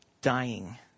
dying